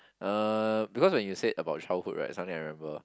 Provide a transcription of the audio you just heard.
uh because when you said about childhood right something I remember